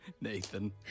Nathan